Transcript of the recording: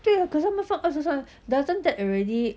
对啊可是他们放二十三十 doesn't that already